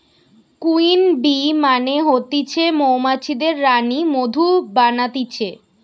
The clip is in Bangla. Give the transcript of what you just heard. কুইন বী মানে হতিছে মৌমাছিদের রানী মধু বানাতিছে